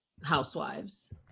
Housewives